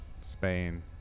Spain